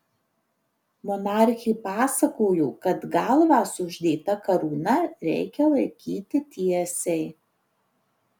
monarchė pasakojo kad galvą su uždėta karūna reikia laikyti tiesiai